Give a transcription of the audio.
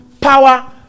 Power